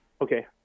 Okay